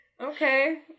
okay